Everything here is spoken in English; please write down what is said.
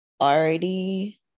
already